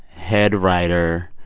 head writer,